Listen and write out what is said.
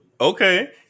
Okay